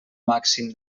màxim